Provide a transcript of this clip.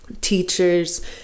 Teachers